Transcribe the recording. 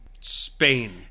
Spain